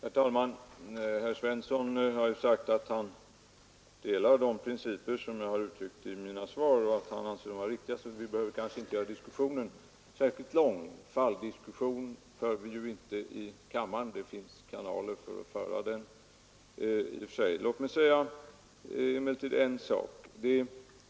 Herr talman! Herr Svensson i Malmö har sagt att han anser de principer vara riktiga som jag har uttryckt i mitt svar. Vi behöver därför kanske inte göra diskussionen särskilt lång. Falldiskussioner för vi ju inte i kammaren — det finns kanaler för att föra dem. Låt mig emellertid säga en sak.